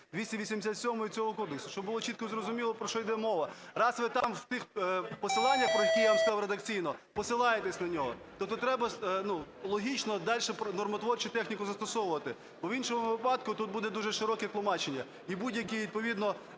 287 цього кодексу, - щоб було чітко зрозуміло, про що іде мова. Раз ви там, в тих посиланнях, про які я вам сказав редакційно, посилаєтесь на нього, то треба, ну, логічно дальше нормотворчу техніку застосовувати. Бо, в іншому випадку, тут буде дуже широке тлумачення і будь-які відповідно